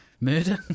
Murder